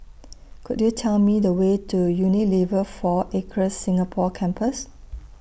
Could YOU Tell Me The Way to Unilever four Acres Singapore Campus